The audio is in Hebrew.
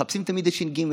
מחפשים תמיד את הש"ג,